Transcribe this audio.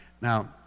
Now